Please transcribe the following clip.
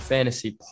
Fantasy